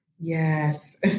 Yes